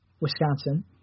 Wisconsin